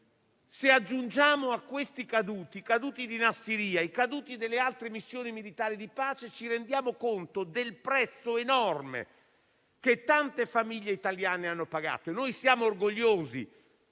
Se aggiungiamo a questi caduti quelli di Nassirya e delle altre missioni militari di pace, ci rendiamo conto del prezzo enorme che tante famiglie italiane hanno pagato. Siamo orgogliosi